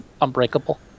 Unbreakable